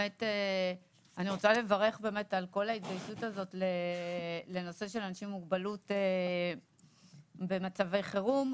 אני רוצה לברך על כל ההתגייסות לנושא של אנשים עם מוגבלות במצבי חירום.